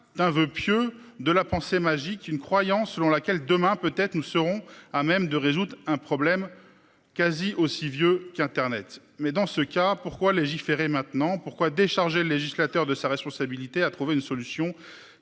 d'un voeu pieux de la pensée magique une croyance selon laquelle demain peut-être nous serons à même de résoudre un problème quasi aussi vieux qu'Internet mais dans ce cas pourquoi légiférer maintenant pourquoi décharger le législateur de sa responsabilité à trouver une solution